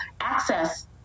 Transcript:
access